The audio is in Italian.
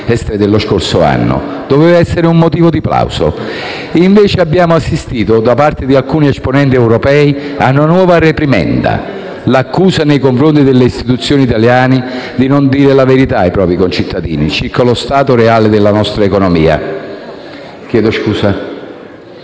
trimestre dello scorso anno. Doveva essere un motivo di plauso, invece abbiamo assistito, da parte di alcuni esponenti europei, a una nuova reprimenda: l'accusa nei confronti delle istituzioni italiane di non dire la verità ai propri concittadini circa lo stato reale della nostra economia. Mi riferisco